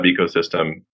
ecosystem